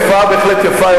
הופעה בהחלט יפה,